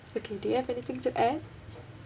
okay do you have anything to add